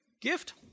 gift